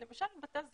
למשל בתי הזיקוק,